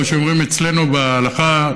כמו שאומרים אצלנו בהלכה,